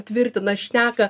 tvirtina šneka